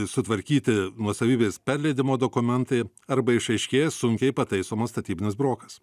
sutvarkyti nuosavybės perleidimo dokumentai arba išaiškėja sunkiai pataisomas statybinis brokas